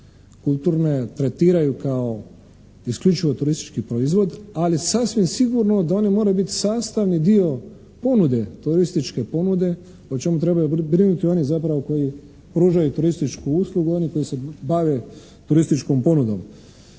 kulturne tretiraju kao isključivo turistički proizvod ali sasvim sigurno da one moraju biti sastavni dio ponude, turističke ponude o čemu trebaju brinuti oni koji zapravo pružaju turističku uslugu i oni koji se bave turističkom ponudom.